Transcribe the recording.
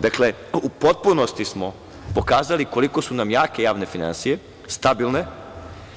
Dakle, u potpunosti smo pokazali koliko su nam jake javne finansije, stabilne